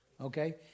Okay